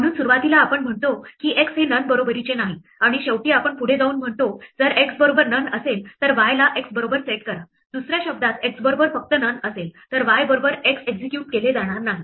म्हणून सुरुवातीला आपण म्हणतो की x हे none बरोबरीचे नाही आणि शेवटी आपण पुढे जाऊन म्हणतो जर x बरोबर none नसेल तर y ला x बरोबर सेट करा दुसऱ्या शब्दात x बरोबर फक्त none असेल तर y बरोबर x एक्झिक्युट केले जाणार नाही